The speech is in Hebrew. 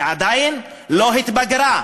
היא עדיין לא התבגרה,